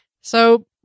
So-